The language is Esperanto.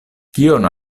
kion